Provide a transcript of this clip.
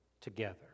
together